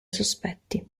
sospetti